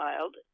child